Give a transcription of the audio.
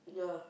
ya